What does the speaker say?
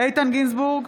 איתן גינזבורג,